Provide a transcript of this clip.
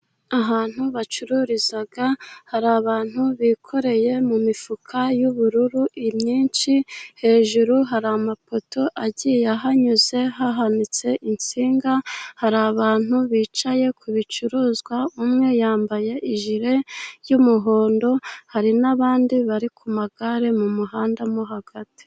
Ahantu bacururiza, hari abantu bikoreye mu mifuka y'ubururu myinshi, hejuru hari amapoto agiye ahanyuze hahanitse insinga, hari abantu bicaye ku bicuruzwa, umwe yambaye ijire y'umuhondo, hari n'abandi bari ku magare mu muhanda mo hagati.